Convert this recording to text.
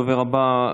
הדובר הבא,